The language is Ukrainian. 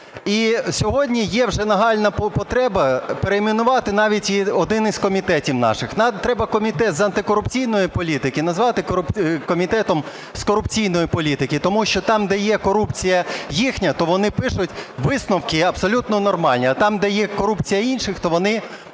І сьогодні є вже нагальна потреба перейменувати навіть один із комітетів наших. Нам треба Комітет з антикорупційної політики назвати Комітетом з корупційної політики. Тому що там, де є корупція їхня, то вони пишуть висновки абсолютно нормальні. А там, де є корупція інших, то вони